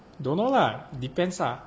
don't know lah depends ah